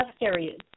areas